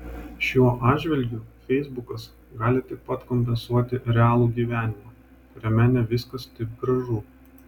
šiuo atžvilgiu feisbukas gali taip pat kompensuoti realų gyvenimą kuriame ne viskas taip gražu